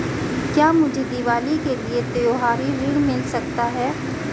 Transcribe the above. क्या मुझे दीवाली के लिए त्यौहारी ऋण मिल सकता है?